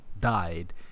died